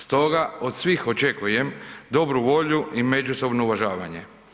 Stoga od svih očekujem dobru volju i međusobno uvažavanje.